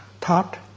thought